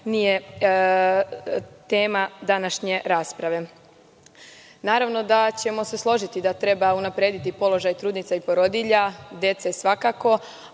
nije tema današnje rasprave. Naravno, da ćemo se složiti da treba unaprediti položaj trudnica i porodilja, dece,